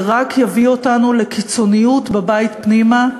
זה רק יביא אותנו לקיצוניות בבית פנימה,